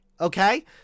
Okay